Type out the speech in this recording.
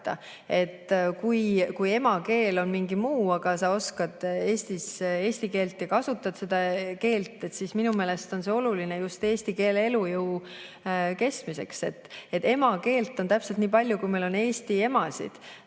Kui emakeel on mingi muu, aga sa oskad eesti keelt ja kasutad Eestis seda keelt, siis minu meelest on see oluline just eesti keele elujõu kestmiseks. [Eesti] emakeelt on täpselt nii palju, kui meil on eesti emasid.